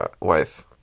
wife